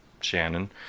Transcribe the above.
Shannon